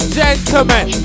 gentlemen